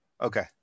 Okay